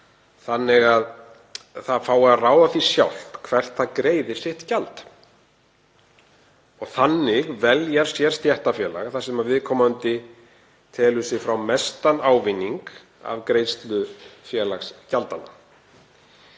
þannig að það fái að ráða því sjálft hvert það greiðir sitt gjald og þannig velja sér stéttarfélag þar sem viðkomandi telur sig fá mestan ávinning af greiðslu félagsgjaldanna.